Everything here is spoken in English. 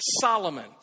Solomon